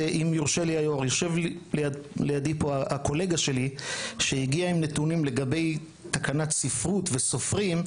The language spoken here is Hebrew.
יושב פה הקולגה שלי שהגיע עם נתונים לגבי תקנת ספרות וסופרים.